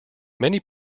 many